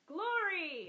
Glory